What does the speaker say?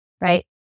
right